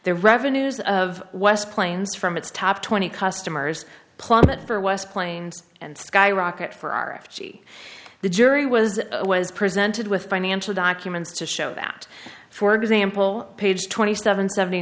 their revenues of west planes from its top twenty customers plummeted for west planes and skyrocket for r f c the jury was was presented with financial documents to show that for example page twenty seven seventy